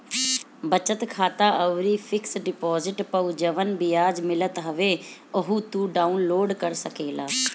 बचत खाता अउरी फिक्स डिपोजिट पअ जवन बियाज मिलत हवे उहो तू डाउन लोड कर सकेला